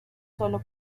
solo